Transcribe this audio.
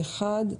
הצבעה אושרה.